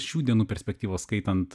šių dienų perspektyvos skaitant